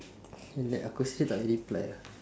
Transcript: relax aku still tak boleh reply ah